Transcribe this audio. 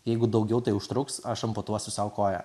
jeigu daugiau tai užtruks aš amputuosiu sau koją